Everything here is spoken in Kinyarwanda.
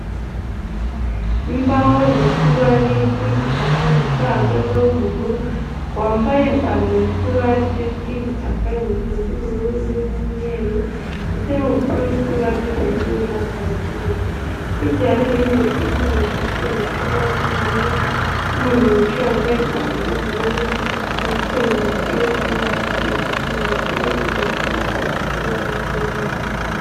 Imbaho zifite ibara ry'igitaka hahagazeho umuntu wambaye ipantaro ifite ibara ry'igitaka, inkweto z'ubururu n'umweru ndetse n'umupira ufite ibara ry'ubururu hakaba hirya ibindi bifuninze mu bishashi bifite ibara ry'ubururu, n'umuntu wicaye wambaye ipantaro yu'ubururu, ufite umupira ufite ibaryitaka ndetse n'irindi rifunitse rifite ibara ry'umweru.